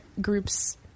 groups